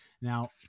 Now